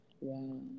Wow